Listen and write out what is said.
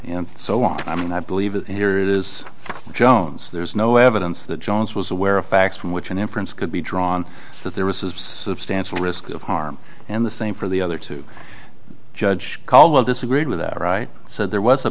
and so on i mean i believe that here it is jones there's no evidence that jones was aware of facts from which an inference could be drawn that there was a substantial risk of harm and the same for the other two judge caldwell disagreed with that right so there was a